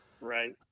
Right